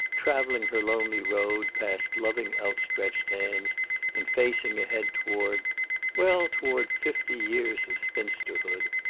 traveling her lonely road past loving outstretched hands and facing ahead toward well, toward fifty years of spinsterhood.